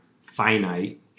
finite